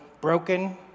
broken